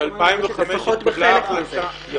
לפחות חלק מזה.